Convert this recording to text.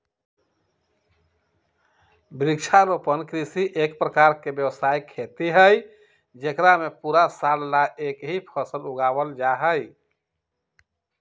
वृक्षारोपण कृषि एक प्रकार के व्यावसायिक खेती हई जेकरा में पूरा साल ला एक ही फसल उगावल जाहई